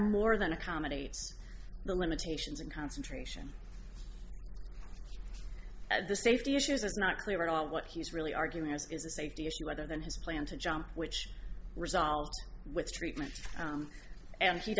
more than accommodates the limitations and concentration at the safety issues is not clear at all what he's really arguing is a safety issue rather than his plan to jump which results with treatment and he